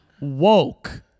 Woke